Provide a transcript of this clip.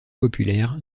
populaire